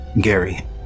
gary